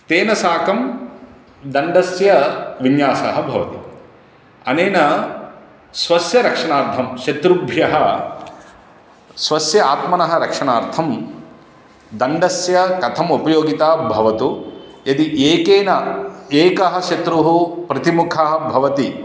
तेन साकं दण्डस्य विन्यासः भवति अनेन स्वस्य रक्षणार्थं शत्रुभ्यः स्वस्य आत्मनः रक्षणार्थं दण्डस्य कथम् उपयोगिता भवतु यदि एकेन एकः शत्रुः प्रतिमुखः भवति